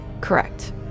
Correct